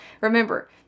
Remember